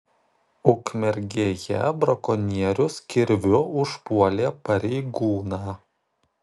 ukmergėje brakonierius kirviu užpuolė pareigūną